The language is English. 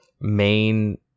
main